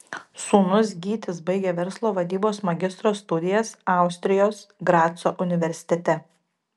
sūnus gytis baigia verslo vadybos magistro studijas austrijos graco universitete